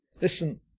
Listen